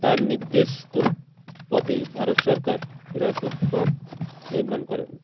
তার নির্দেশিত পথে ভারত সরকার হীরাকুদ বাঁধ নির্মাণ করেন